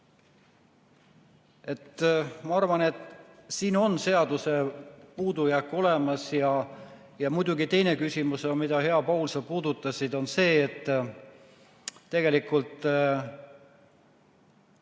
Ma arvan, et siin on seaduses puudujääk olemas. Muidugi teine küsimus, mida sa, hea Paul, puudutasid, on see, et tegelikult